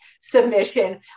submission